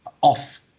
off